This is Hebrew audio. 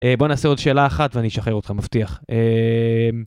בוא נעשה עוד שאלה אחת ואני אשחרר אותך מבטיח.